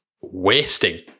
wasting